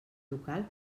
local